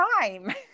time